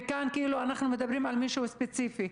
וכאן אנחנו מדברים על מישהו ספציפי.